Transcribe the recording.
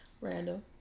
random